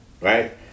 Right